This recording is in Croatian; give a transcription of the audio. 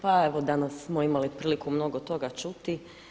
Pa evo danas smo imali priliku mnogo toga čuti.